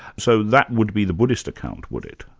so that would be the buddhist account, would it?